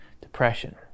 depression